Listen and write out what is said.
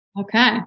Okay